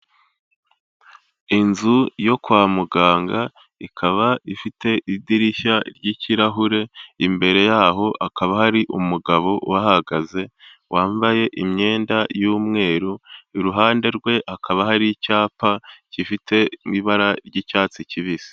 Inzu yo kwa muganga, ikaba ifite idirishya ry'ikirahure, imbere yaho hakaba hari umugabo uhahagaze wambaye imyenda y'umweru, iruhande rwe hakaba hari icyapa gifite ibara ry'icyatsi kibisi.